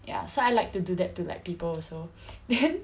ya so I like to do that to let people also then